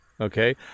okay